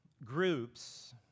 Groups